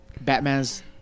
Batman's